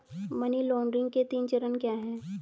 Money laundering के तीन चरण क्या हैं?